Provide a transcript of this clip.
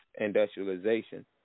industrialization